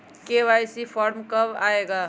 KYC form कब आए गा?